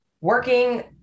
working